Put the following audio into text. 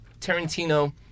Tarantino